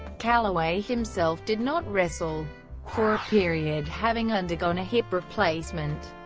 calaway himself did not wrestle for a period having undergone a hip replacement.